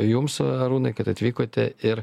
jums arūnai kad atvykote ir